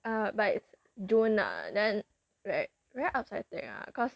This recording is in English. err but june lah then like very upsetting lah cause